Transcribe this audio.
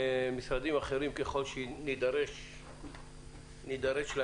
ומשרדים אחרים ככל שנידרש להם.